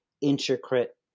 intricate